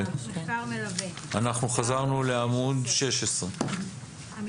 אנחנו חזרנו לעמוד 16. מחקר מלווה4.